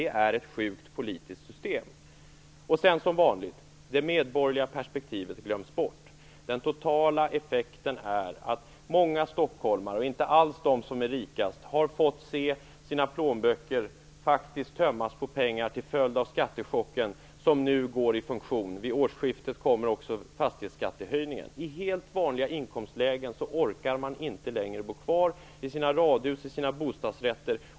Det är ett sjukt politiskt system. Som vanligt glöms det medborgerliga perspektivet bort. Den totala effekten är att många stockholmare, och inte alls de som är rikast, faktiskt har fått se sina plånböcker tömmas på pengar till följd av skattechocken som nu börjar verka. Vid årsskiftet kommer också fastighetsskattehöjningen. Människor i helt vanliga inkomstlägen orkar inte längre bo kvar i sina radhus och sina bostadsrätter.